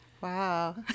wow